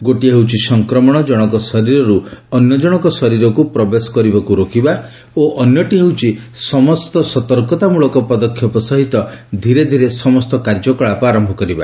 ଗୋଟିଏ ହେଉଛି ସଂକ୍ରମଣ ଜଣଙ୍କ ଶରୀରରୁ ଅନ୍ୟଜଣଙ୍କୁ ଶରୀରକୁ ପ୍ରବେଶ କରିବାକୁ ରୋକିବା ଓ ଅନ୍ୟଟି ହେଉଛି ସମସ୍ତ ସତର୍କତାମଳକ ପଦକ୍ଷେପ ସହିତ ଧୀରେ ଧୀରେ ସମସ୍ତ କାର୍ଯ୍ୟକଳାପ ଆରମ୍ଭ କରିବା